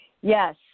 yes